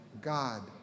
God